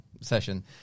session